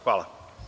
Hvala.